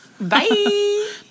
Bye